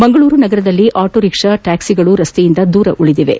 ಮಂಗಳೂರು ನಗರದಲ್ಲಿ ಆಟೋರಿಕ್ಸಾ ಟ್ಯಾಕಿಗಳು ರಸ್ತೆಯಿಂದ ದೂರ ಉಳದಿವೆ